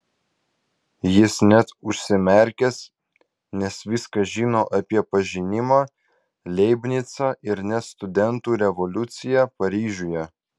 jis net užsimerkęs nes viską žino apie pažinimą leibnicą ir net studentų revoliuciją paryžiuje